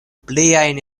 pliajn